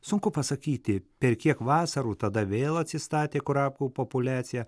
sunku pasakyti per kiek vasarų tada vėl atsistatė kurapkų populiacija